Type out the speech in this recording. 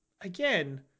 Again